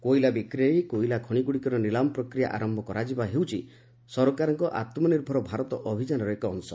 କୋଇଲା ବିକ୍ରି ନେଇ କୋଇଲା ଖଣିଗୁଡ଼ିକର ନିଲାମ ପ୍ରକ୍ରିୟା ଆରମ୍ଭ କରାଯିବା ହେଉଛି ସରକାରଙ୍କ 'ଆତ୍ମନିର୍ଭର ଭାରତ' ଅଭିଯାନର ଏକ ଅଂଶ